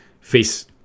face